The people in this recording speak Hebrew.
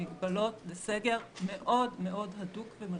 למגבלות, לסגר מאוד מאוד הדוק ומשמעותי,